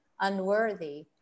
unworthy